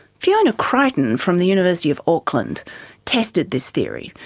fiona crichton from the university of auckland tested this theory,